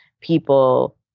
people